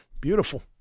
Beautiful